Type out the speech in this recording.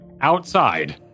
outside